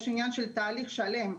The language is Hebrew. יש עניין של תהליך שלם.